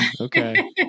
okay